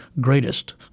greatest